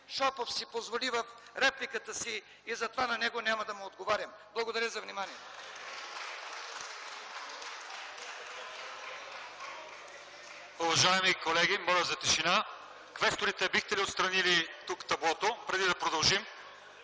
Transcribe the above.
Шопов си позволи в репликата си, и затова на него няма да му отговарям. Благодаря за вниманието.